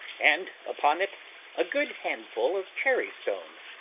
and upon it a good handful of cherry-stones,